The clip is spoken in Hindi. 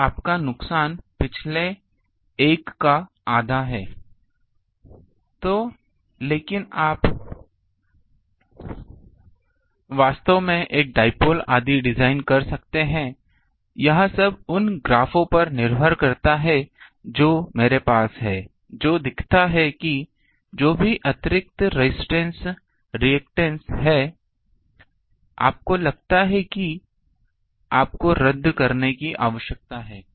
तो आपका नुकसान पिछले एक का आधा है तो लेकिन आप वास्तव में एक डाइपोल आदि का डिज़ाइन कर सकते हैं यह सब उन ग्राफ़ों पर निर्भर करता है जो मेरे पास हैं जो दिखाता है कि जो भी अतिरिक्त रेजिस्टेंस रेअक्टैंस है आपको लगता है कि आपको रद्द करने की आवश्यकता है